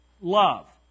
love